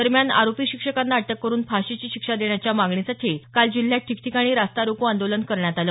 दरम्यान आरोपी शिक्षकांना अटक करुन फाशीची शिक्षा देण्याच्या मागणीसाठी काल जिल्ह्यात ठिकठिकाणी रास्ता रोको आंदोलन करण्यात आलं